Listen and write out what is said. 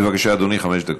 בבקשה, אדוני, חמש דקות.